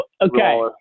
Okay